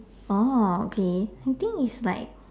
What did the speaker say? oh okay I think is like